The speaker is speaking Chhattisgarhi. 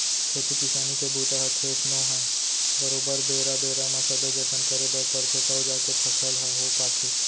खेती किसानी के बूता ह खेत नो है बरोबर बेरा बेरा म सबे जतन करे बर परथे तव जाके फसल ह हो पाथे